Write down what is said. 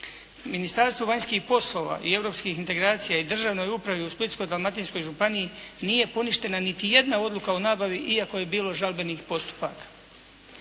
Ministarstvo vanjskih poslova i europskih integracija je Državnoj upravi u Splitsko-dalmatinskoj županiji nije poništena niti jedna odluka o nabavi iako je bilo žalbenih postupaka.